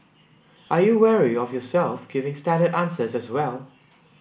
are you wary of yourself giving standard answers as well